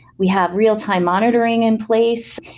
we have real-time monitoring in place.